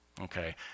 Okay